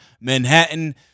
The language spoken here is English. Manhattan